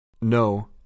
No